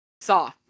Saw